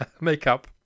makeup